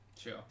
Sure